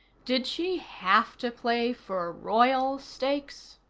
did she have to play for royal stakes?